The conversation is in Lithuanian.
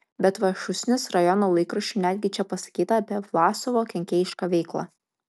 bet va šūsnis rajono laikraščių netgi čia pasakyta apie vlasovo kenkėjišką veiklą